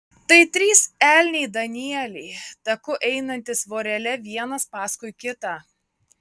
tai trys elniai danieliai taku einantys vorele vienas paskui kitą